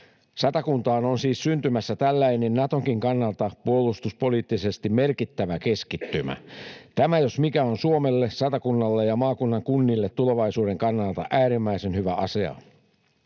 Satakuntaan on siis syntymässä tällainen Natonkin kannalta puolustuspoliittisesti merkittävä keskittymä. Tämä, jos mikä, on Suomelle, Satakunnalle ja maakunnan kunnille tulevaisuuden kannalta äärimmäisen hyvä asia.